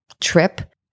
trip